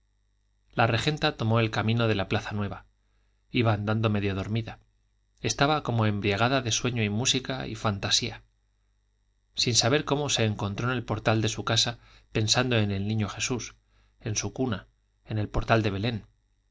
la regenta tomó el camino de la plaza nueva iba andando medio dormida estaba como embriagada de sueño y música y fantasía sin saber cómo se encontró en el portal de su casa pensando en el niño jesús en su cuna en el portal de belén